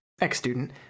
ex-student